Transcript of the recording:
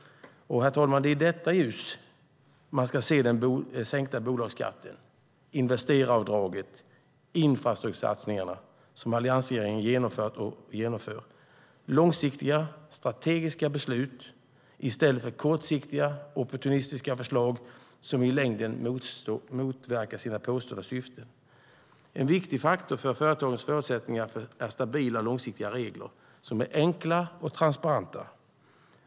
Det är i det ljuset, herr talman, man ska se den sänkta bolagsskatten, investeraravdraget och infrastruktursatsningarna som alliansregeringen genomfört och genomför. Det handlar om långsiktiga strategiska beslut i stället för kortsiktiga opportunistiska förslag som i längden motverkar sina påstådda syften. En viktig faktor för företagens förutsättningar är stabila och långsiktiga regler, som är enkla och transparenta.